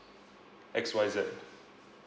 X Y Z